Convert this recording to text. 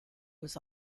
was